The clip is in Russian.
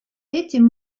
этим